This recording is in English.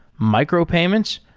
micropayments,